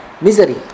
misery